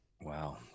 Wow